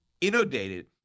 inundated